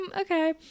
okay